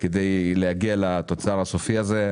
כדי להגיע לתוצר הסופי הזה.